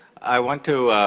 i want to